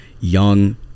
young